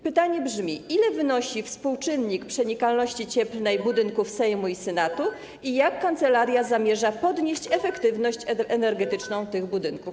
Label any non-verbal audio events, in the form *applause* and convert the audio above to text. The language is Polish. Pytanie brzmi: Ile wynosi współczynnik przenikalności cieplnej *noise* budynków Sejmu i Senatu i jak kancelaria zamierza podnieść efektywność energetyczną tych budynków?